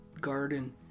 garden